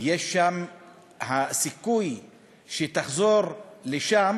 הסיכוי שתחזור לשם